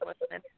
listening